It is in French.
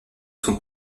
son